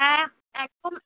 হ্যাঁ এখন